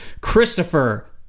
Christopher